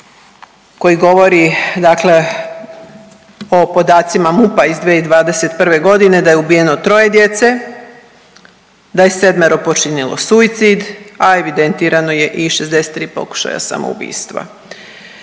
koji govori o podacima MUP-a iz 2021.g. da je ubijeno troje djece, da je sedmero počinilo suicid, a evidentirano je i 63 pokušaja samoubistva.